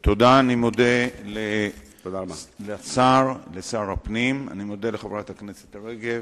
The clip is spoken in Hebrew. אני מודה לשר הפנים, אני מודה לחברת הכנסת רגב.